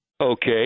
Okay